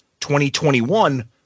2021